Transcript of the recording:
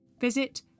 Visit